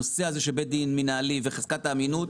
הנושא הזה של בית דין מינהלי וחזקת האמינות,